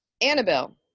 annabelle